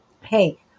hey